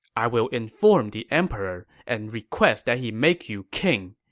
i will inform the emperor and request that he make you king.